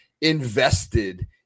invested